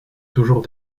toujours